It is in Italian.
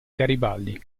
garibaldi